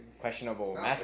questionable